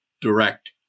direct